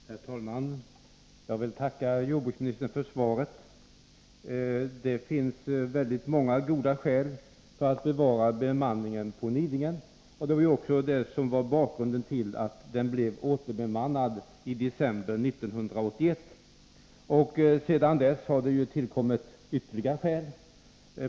Herr talman! Jag vill tacka jordbruksministern för svaret. Nidingens fyr blev återbemannad i december 1981, och många goda skäl talar för att bevara bemanningen på Nidingen. Sedan 1981 har tillkommit ytterligare skäl.